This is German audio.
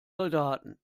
soldaten